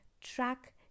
track